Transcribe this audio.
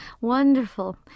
Wonderful